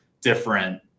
different